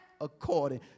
according